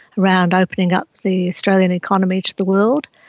around opening up the australian economy to the world,